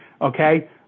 Okay